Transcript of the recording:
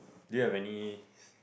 do you have any